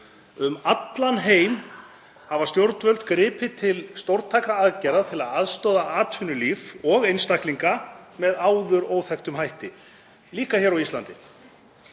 Um allan heim hafa stjórnvöld gripið til stórtækra aðgerða til að aðstoða atvinnulíf og einstaklinga með áður óþekktum hætti, líka hér á Íslandi.